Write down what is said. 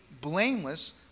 blameless